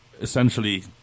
Essentially